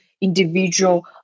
individual